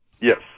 Yes